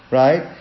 right